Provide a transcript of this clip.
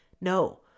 No